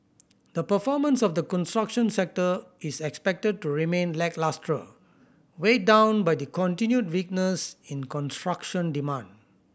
the performance of the construction sector is expected to remain lacklustre weighed down by the continued weakness in construction demand